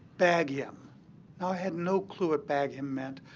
bag him. now, i had no clue what bag him meant.